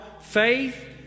faith